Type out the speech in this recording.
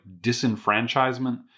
disenfranchisement